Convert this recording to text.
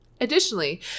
Additionally